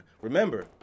Remember